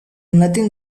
nothing